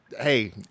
Hey